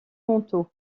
manteaux